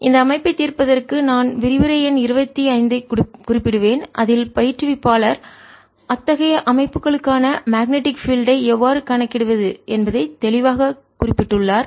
எனவே இந்த அமைப்பைத் தீர்ப்பதற்கு நான் விரிவுரை எண் 25 ஐக் குறிப்பிடுவேன் அதில் பயிற்றுவிப்பாளர் அத்தகைய அமைப்புகளுக்கான மேக்னெட்டிக் பீல்டு ஐ காந்தப்புலத்தை எவ்வாறு கணக்கிடுவது என்பதை தெளிவாக குறிப்பிட்டுள்ளார்